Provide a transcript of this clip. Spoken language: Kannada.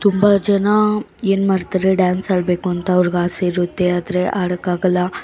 ತುಂಬ ಜನ ಏನು ಮಾಡ್ತಾರೆ ಡ್ಯಾನ್ಸ್ ಆಡಬೇಕು ಅಂತ ಅವ್ರಿಗೆ ಆಸೆ ಇರುತ್ತೆ ಆದರೆ ಆಡೋಕ್ಕಾಗೋಲ್ಲ